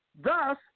Thus